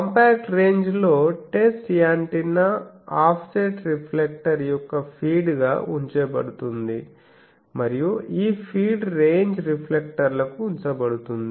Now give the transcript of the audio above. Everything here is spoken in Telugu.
కాంపాక్ట్ రేంజ్ లో టెస్ట్ యాంటెన్నా ఆఫ్సెట్ రిఫ్లెక్టర్ యొక్క ఫీడ్గా ఉంచబడుతుంది మరియు ఈ ఫీడ్ రేంజ్ రిఫ్లెక్టర్కు ఉంచబడుతుంది